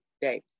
day